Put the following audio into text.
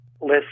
list